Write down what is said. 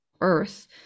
Earth